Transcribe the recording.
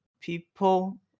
people